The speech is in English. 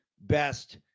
best